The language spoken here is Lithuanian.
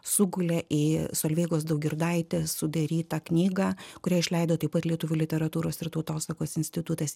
sugulė į solveigos daugirdaitės sudarytą knygą kurią išleido taip pat lietuvių literatūros ir tautosakos institutas